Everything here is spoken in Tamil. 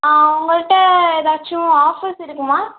ஆ உங்கள்கிட்ட எதாச்சும் ஆஃபர்ஸ் இருக்குமா